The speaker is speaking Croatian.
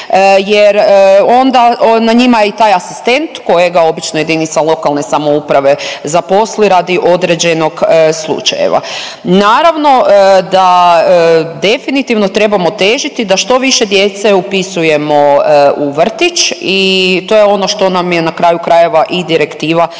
jer onda na njima je i taj asistent kojega obično jedinica lokalne samouprave zaposli radi određenog slučaja. Naravno da definitivno trebamo težiti da što više djece upisujemo u vrtić i to nam je ono što nam je na kraju krajeva i direktiva EU.